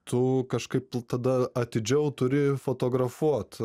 tu kažkaip l tada atidžiau tada turi fotografuot